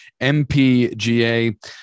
mpga